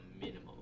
minimum